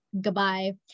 goodbye